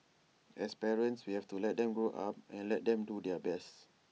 as parents we have to let them grow up and let them do their best